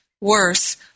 Worse